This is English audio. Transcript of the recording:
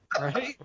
Right